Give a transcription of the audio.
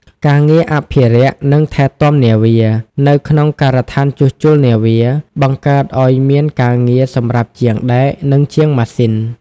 ការងារអភិរក្ស និងថែទាំនាវា នៅក្នុងការដ្ឋានជួសជុលនាវា បង្កើតឱ្យមានការងារសម្រាប់ជាងដែក និងជាងម៉ាស៊ីន។